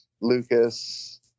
Lucas